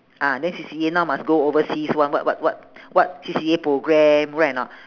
ah then C_C_A now must go overseas [one] what what what what C_C_A programme right or not